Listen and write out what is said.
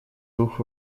двух